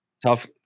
Tough